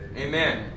Amen